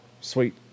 Sweet